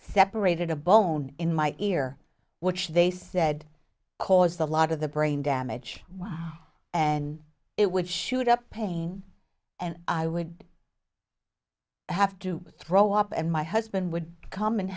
separated a bone in my ear which they said caused a lot of the brain damage and it would shoot up pain and i would have to throw up and my husband would come and